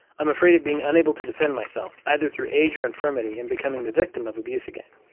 i'm afraid of being unable to defend myself, either through age or infirmity and becoming the victim of abuse again.